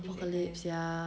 apocalypse ya